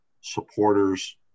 supporters